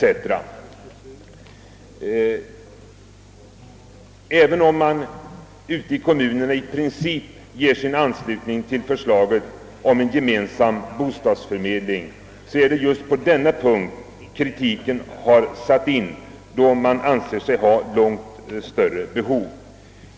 Fastän man ute i kommunerna i princip ger sin anslutning till förslaget om en gemensam bostadsförmedling är det just på denna punkt kritiken har satt in, då man anser sig ha långt större behov.